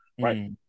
Right